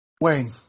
Wayne